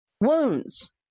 wounds